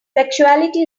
sexuality